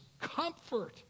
comfort